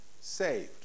saved